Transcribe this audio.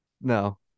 No